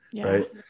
right